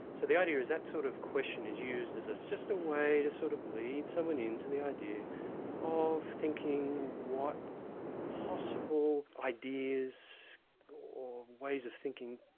so the idea is that sort of question is used as just a way to sort of lead someone in to the idea of thinking what possible ideas or ways of thinking,